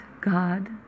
God